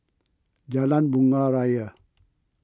Jalan Bunga Raya